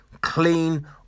clean